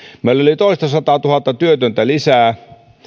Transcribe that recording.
meillä oli toistasataatuhatta työtöntä lisää